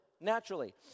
Naturally